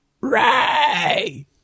Ray